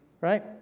right